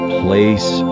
place